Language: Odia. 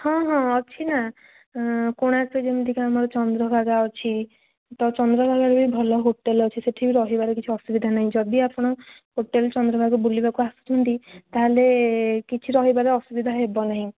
ହଁ ହଁ ଅଛି ନା କୋଣାର୍କ ଯେମିତି ଆମର ଚନ୍ଦ୍ରଭାଗା ଅଛି ତ ଚନ୍ଦ୍ରଭାଗାରେ ବି ଭଲ ହୋଟେଲ ଅଛି ସେଠି ବି ରହିବାରେ କିଛି ଅସୁବିଧା ନାହିଁ ଯଦି ଆପଣ ହୋଟେଲ ଚନ୍ଦ୍ରଭାଗା ବୁଲିବାକୁ ଆସୁଛନ୍ତି ତା'ହେଲେ କିଛି ରହିବାରେ ଅସୁବିଧା ହେବ ନାହିଁ